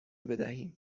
بدهیم